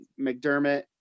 McDermott